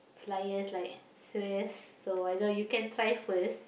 liars like salers so I just you can try first